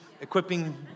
equipping